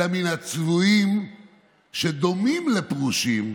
אלא מן הצבועין שדומין לפרושין,